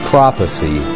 Prophecy